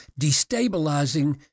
destabilizing